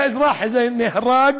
האזרח נהרג,